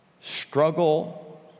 struggle